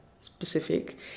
specific